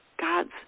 God's